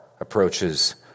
approaches